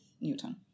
Newton